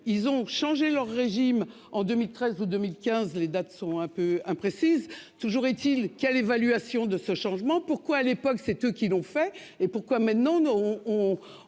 ils ont changé leur régime en 2013 ou 2015, les dates sont un peu imprécise. Toujours est-il qu'à l'évaluation de ce changement. Pourquoi à l'époque c'est eux qui l'ont fait et pourquoi maintenant on.